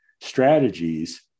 strategies